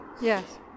Yes